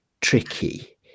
Tricky